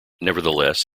nevertheless